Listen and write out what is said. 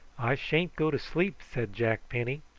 i sha'n't go to sleep, said jack penny.